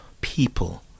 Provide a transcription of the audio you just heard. people